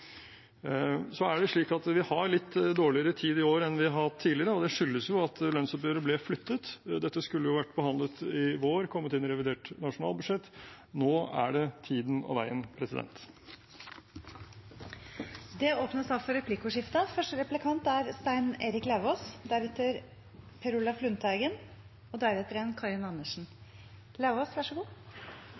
Så er det slik at vi har litt dårligere tid i år enn vi har hatt tidligere. Det skyldes jo at lønnsoppgjøret ble flyttet. Dette skulle vært behandlet i vår, kommet inn i revidert nasjonalbudsjett. Nå er det tiden og veien. Det blir replikkordskifte. Forslag nr. 1 lyder: «Stortinget ber regjeringen fremme en egen sak for Stortinget om nye retningslinjer for lederlønninger og